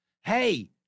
hey